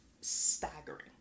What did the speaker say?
staggering